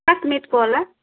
क्लासमेटकोवाला